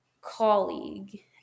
colleague